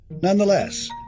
Nonetheless